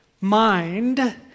mind